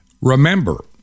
Remember